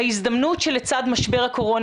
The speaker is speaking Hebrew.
ההזדמנות שלצד משבר הקורונה,